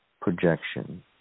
projection